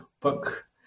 book